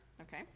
Okay